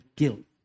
guilt